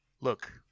Look